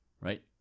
right